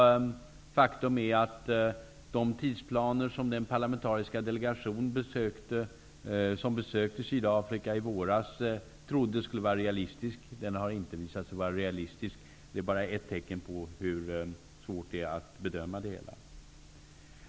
Faktum är att de tidsplaner som den parlamentariska delegation som besökte Sydafrika i våras trodde var realistiska, har visat sig inte vara realistiska. Det är ett tecken på hur svårt det är att bedöma det hela.